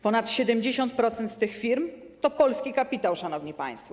Ponad 70% z tych firm to polski kapitał, szanowni państwo.